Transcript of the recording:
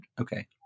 Okay